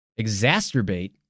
exacerbate